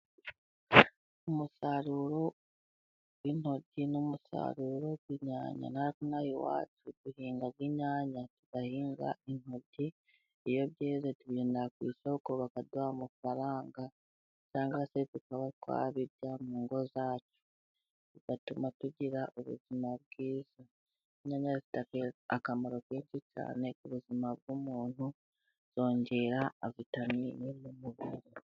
Umusaruro w'intoryi n'umusaruro bijyanye, natwe inaha iwacu duhinga imyanya tugahinga intoryi, iyo byeze tubijyana ku isoho bakaduha amafaranga cyangwa se tukaba twabirya mu ngo zacu, bigatuma tugira ubuzima bwiza, zigira akamaro kenshi cyane ku buzima bw'umuntu zongera vitami.